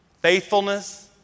faithfulness